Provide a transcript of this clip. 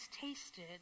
tasted